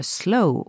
slow